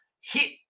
hit